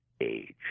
age